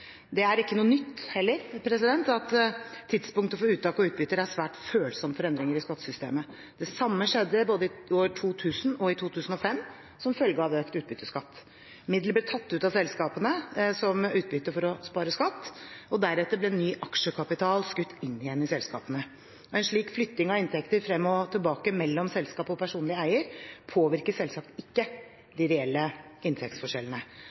Det er heller ikke noe nytt at tidspunktet for uttak av utbytter er svært følsomt for endringer i skattesystemet. Det samme skjedde i både 2000 og 2005 som følge av økt utbytteskatt. Midler ble tatt ut av selskapene som utbytte for å spare skatt. Deretter ble ny aksjekapital skutt inn igjen i selskapene. En slik flytting av inntekter frem og tilbake mellom selskap og personlig eier påvirker selvsagt ikke de reelle inntektsforskjellene.